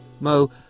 Mo